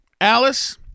Alice